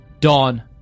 Dawn